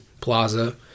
plaza